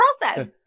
process